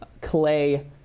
clay